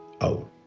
out